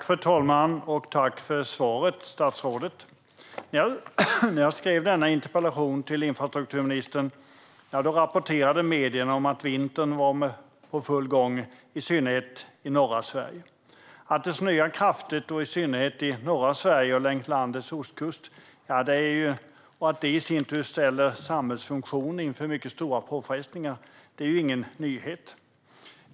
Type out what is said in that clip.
Fru talman! Tack för svaret, statsrådet! När jag skrev denna interpellation till infrastrukturministern rapporterade medierna om att vintern var i full gång, i synnerhet i norra Sverige. Att det snöar kraftigt, särskilt i norra Sverige och längs landets ostkust, och att detta ställer samhällsfunktioner inför mycket stora påfrestningar är ingen nyhet.